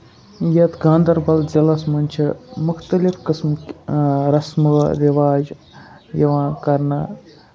یَتھ گاندربل ضلعَس منٛز چھِ مُختٔلِف قٕسمٕکۍ رَسمو رِواج یِوان کرنہٕ